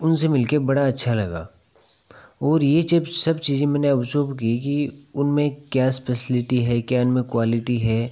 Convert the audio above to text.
उनसे मिल कर बड़ा अच्छा लगा और ये जब सब चीजें मैंने अब्सव की कि उनमें क्या स्पेसिलिटी है क्या इनमें क्वालिटी है